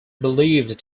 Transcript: believed